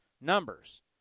numbers